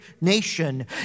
nation